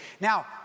now